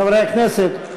חברי הכנסת,